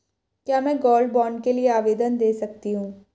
क्या मैं gold bond के लिए आवेदन दे सकती हूँ?